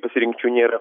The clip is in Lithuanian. pasirinkčių nėra